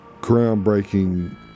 groundbreaking